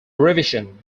revision